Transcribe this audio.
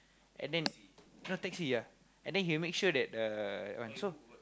and then know taxi ya and then he will make sure that uh that one so